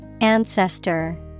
Ancestor